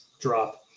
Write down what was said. drop